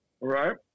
Right